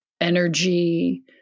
energy